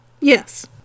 Yes